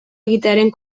egitearen